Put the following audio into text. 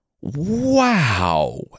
Wow